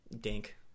dink –